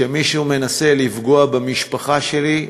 כשמישהו מנסה לפגוע במשפחה שלי,